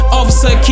Officer